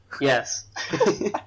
yes